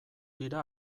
dira